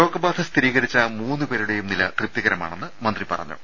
രോഗബാധ സ്ഥിരീകരിച്ച മൂന്നുപേരുടെയും നില തൃപ്തികരമാണെന്ന് മന്ത്രി പറഞ്ഞു